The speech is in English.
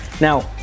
Now